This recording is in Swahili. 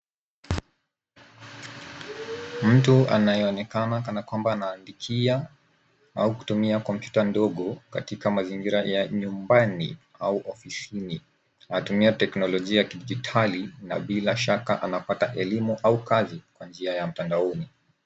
Mtu anayeonekana kana kwamba anaandika au kutumia kompyuta ndogo katika mazingira ya nyumbani au ofisini. Anatumia teknolojia ya kidijitali na bila shaka anapata elimu au kazi kwa njia ya mtandaoni.